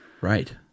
Right